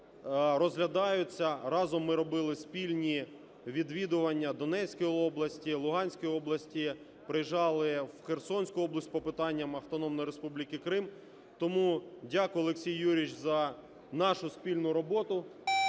розглядаються. Разом ми робили спільні відвідування Донецької області, Луганської області, приїжджали у Херсонську область по питанням Автономної Республіки Крим. Тому дякую, Олексій Юрійович, за нашу спільну роботу.